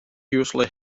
usually